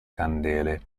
candele